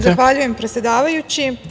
Zahvaljujem predsedavajući.